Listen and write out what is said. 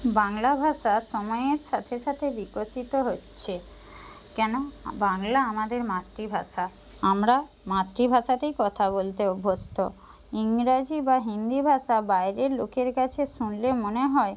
বাংলা ভাষা সময়ের সাথে সাথে বিকশিত হচ্ছে কেন বাংলা আমাদের মাতৃভাষা আমরা মাতৃভাষাতেই কথা বলতে অভ্যস্ত ইংরাজি বা হিন্দি ভাষা বাইরের লোকের কাছে শুনলে মনে হয়